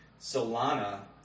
Solana